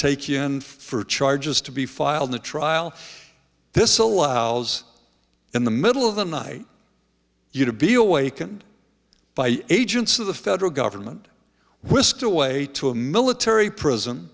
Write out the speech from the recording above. take you in for charges to be filed the trial this allows in the middle of the night you to be awakened by agents of the federal government whisked away to a military prison